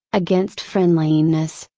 against friendliness,